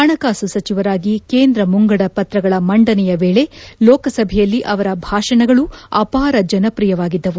ಪಣಕಾಸು ಸಚಿವರಾಗಿ ಕೇಂದ್ರ ಮುಂಗಡ ಪತ್ರಗಳ ಮಂಡನೆಯ ವೇಳೆ ಲೋಕಸಭೆಯಲ್ಲಿ ಅವರ ಭಾಷಣಗಳು ಅಪಾರ ಜನಪ್ರಿಯವಾಗಿದ್ದವು